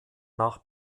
nach